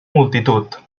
multitud